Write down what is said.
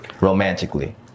romantically